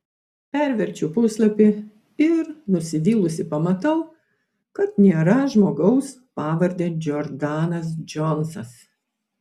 perverčiu puslapį ir nusivylusi pamatau kad nėra žmogaus pavarde džordanas džonsas